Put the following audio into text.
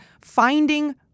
finding